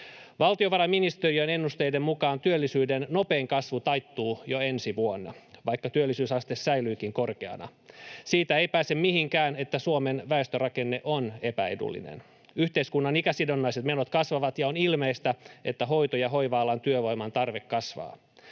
Valtiovarainministeriön ennusteiden mukaan työllisyyden nopein kasvu taittuu jo ensi vuonna, vaikka työllisyysaste säilyykin korkeana. Siitä ei pääse mihinkään, että Suomen väestörakenne on epäedullinen. Yhteiskunnan ikäsidonnaiset menot kasvavat, ja on ilmeistä, että hoito- ja hoiva-alan työvoiman tarve kasvaa.